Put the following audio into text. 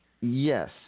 Yes